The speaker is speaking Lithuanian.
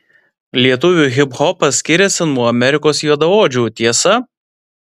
lietuvių hiphopas skiriasi nuo amerikos juodaodžių tiesa